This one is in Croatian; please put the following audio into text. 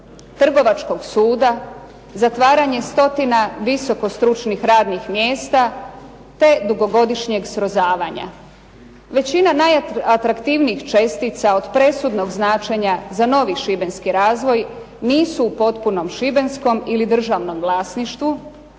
Trgovačkog suda, zatvaranje stotina visoko stručnih radnih mjesta, te dugogodišnjeg srozavanja. Većina najatraktivnijih čestica od presudnog značenja za novi šibenski razvoj nisu u potpunom šibenskom ili državnom vlasništvu